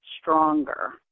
stronger